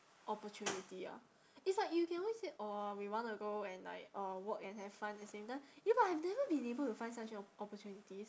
opportunity ah it's like you can only say uh we wanna go and like uh work and have fun at the same time ya but I've never been able to find such an opportunities